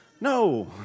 No